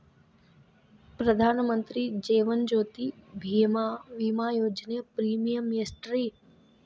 ಪ್ರಧಾನ ಮಂತ್ರಿ ಜೇವನ ಜ್ಯೋತಿ ಭೇಮಾ, ವಿಮಾ ಯೋಜನೆ ಪ್ರೇಮಿಯಂ ಎಷ್ಟ್ರಿ?